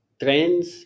trends